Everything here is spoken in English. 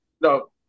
no